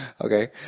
Okay